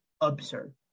absurd